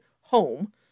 home